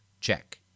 Check